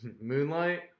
Moonlight